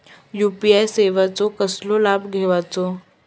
UPI सेवाचो कसो लाभ घेवचो?